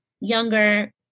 younger